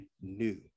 new